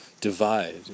divide